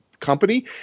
Company